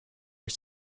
are